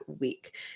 week